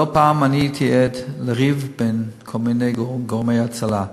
לא פעם אני הייתי עד לריב בין כל מיני גורמי הצלה,